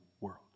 world